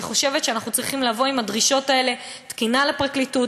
ואני חושבת שאנחנו צריכים לבוא עם הדרישות האלה: תקינה לפרקליטות,